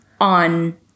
on